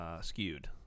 skewed